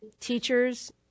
Teachers